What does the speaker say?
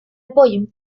apoyo